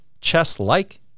chess-like